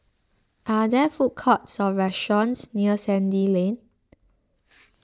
are there food courts or restaurants near Sandy Lane